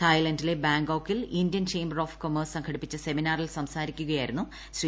തായിലന്റിലെ ബാങ്കോക്കിൽ Indian chamber of commerce സംഘടിപ്പിച്ച സെമിനാറിൽ സംസാരിക്കുകയായിരുന്നു ശ്രീ